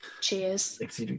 Cheers